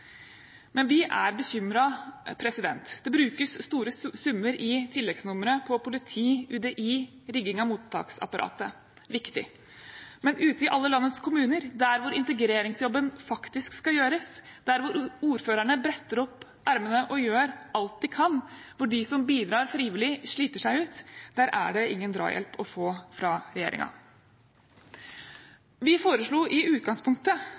Men vi er bekymret. Det brukes store summer i tilleggsnummeret på politi, UDI og rigging av mottaksapparatet. Det er viktig. Men ute i alle landets kommuner, der hvor integreringsjobben faktisk skal gjøres, der hvor ordførerne bretter opp ermene og gjør alt de kan, hvor de som bidrar frivillig, sliter seg ut – der er det ingen drahjelp å få fra regjeringen. Vi foreslo i utgangspunktet